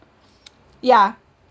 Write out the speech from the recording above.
yeah